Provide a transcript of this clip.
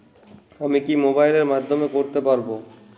আমি কি মোবাইলের মাধ্যমে করতে পারব?